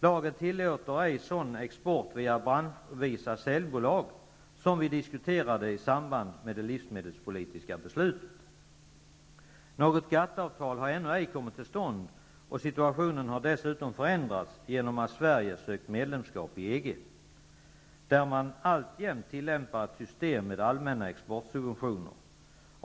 Lagen tillåter ej sådan export via branschvisa säljbolag, vilka vi diskuterade i samband med det livsmedelspolitiska beslutet. Något GATT-avtal har ännu ej kommit till stånd, och situationen har dessutom förändrats genom att Sverige har sökt medlemskap i EG, där man alltjämt tillämpar ett system med allmänna exportsubventioner.